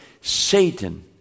Satan